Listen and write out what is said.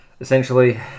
essentially